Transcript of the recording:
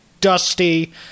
Dusty